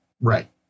right